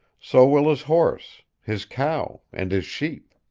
so will his horse, his cow and his sheep.